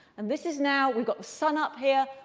and this is now. we've got the sun up here.